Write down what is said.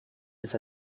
ist